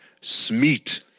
Smeet